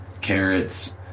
carrots